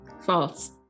False